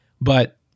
But-